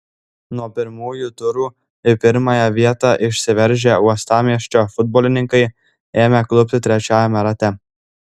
nuo pirmųjų turų į pirmąją vietą išsiveržę uostamiesčio futbolininkai ėmė klupti trečiajame rate